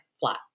flat